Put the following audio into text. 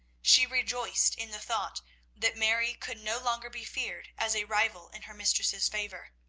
she rejoiced in the thought that mary could no longer be feared as a rival in her mistress's favour.